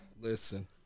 listen